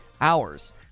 hours